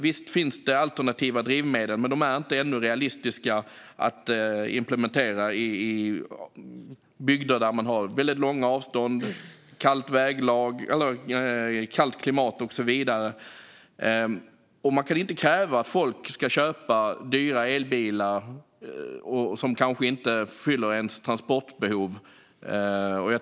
Visst finns det alternativa drivmedel, men det är ännu inte realistiskt att implementera dem i bygder med väldigt långa avstånd, kallt klimat och så vidare. Man kan inte kräva att folk ska köpa dyra elbilar, som kanske inte fyller deras transportbehov.